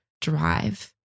drive